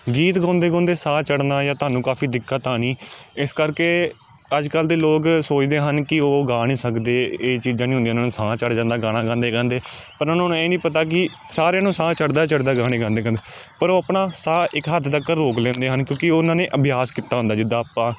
ਗੀਤ ਗਾਉਂਦੇ ਗਾਉਂਦੇ ਸਾਹ ਚੜ੍ਹਨਾ ਜਾਂ ਤਾਹਨੂੰ ਕਾਫ਼ੀ ਦਿੱਕਤ ਆਉਣੀ ਇਸ ਕਰਕੇ ਅੱਜ ਕੱਲ੍ਹ ਦੇ ਲੋਕ ਸੋਚਦੇ ਹਨ ਕਿ ਉਹ ਗਾ ਨਹੀਂ ਸਕਦੇ ਇਹ ਚੀਨਹੀਂ ਨਹੀਂ ਹੁੰਦੀਆਂ ਉਹਨਾਂ ਨੂੰ ਸਾਹ ਚੜ੍ਹ ਜਾਂਦਾ ਗਾਣਾ ਗਾਉਂਦੇ ਗਾਉਂਦੇ ਪਰ ਉਹਨਾਂ ਨੂੰ ਇਹ ਨਹੀਂ ਪਤਾ ਕਿ ਸਾਰਿਆਂ ਨੂੰ ਸਾਹ ਚੜ੍ਹਦਾ ਹੀ ਚੜ੍ਹਦਾ ਗਾਣੇ ਗਾਉਂਦੇ ਗਾਉਂਦੇ ਪਰ ਉਹ ਆਪਣਾ ਸਾਹ ਇੱਕ ਹੱਦ ਤੱਕ ਰੋਕ ਲੈਂਦੇ ਹਨ ਕਿਉਂਕਿ ਉਹਨਾਂ ਨੇ ਅਭਿਆਸ ਕੀਤਾ ਹੁੰਦਾ ਜਿੱਦਾਂ ਆਪਾਂ